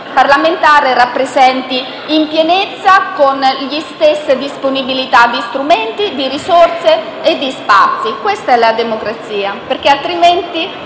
parlamentare rappresentasse la Nazione pienamente e con le stesse disponibilità di strumenti, di risorse e di spazi. Questa è la democrazia, perché altrimenti,